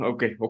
Okay